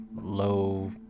low